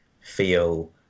feel